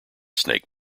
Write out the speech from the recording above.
snake